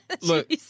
look